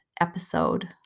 episode